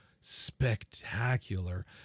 spectacular